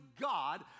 God